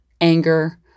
anger